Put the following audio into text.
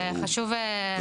וחשוב לדעת את זה.